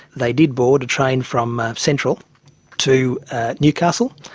they did board a train from central to newcastle,